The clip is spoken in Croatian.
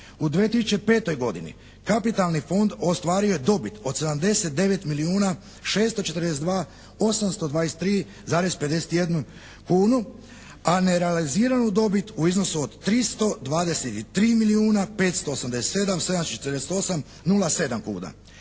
u 2005. godini kapitalni Fond ostvario je dobit od 79 milijuna 642 823,51 kunu a nerealiziranu dobit u iznosu od 323 milijuna 587 748 07 kuna.